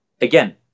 again